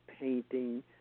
painting